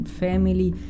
family